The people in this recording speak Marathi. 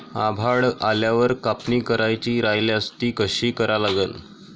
आभाळ आल्यावर कापनी करायची राह्यल्यास ती कशी करा लागन?